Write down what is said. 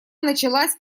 началась